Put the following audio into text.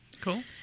Cool